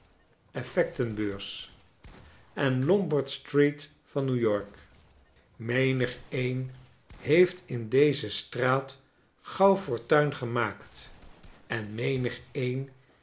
effectenbeurs en lombardstreet van n e w y o r k menigeen heeft in deze straat gauw fortuin gemaakt en menigeen